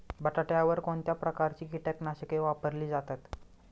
बटाट्यावर कोणत्या प्रकारची कीटकनाशके वापरली जातात?